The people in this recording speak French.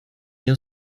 bien